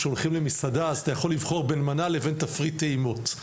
כשהולכים למסעדה אתה יכול לבחור בין מנה לבין תפריט טעימות.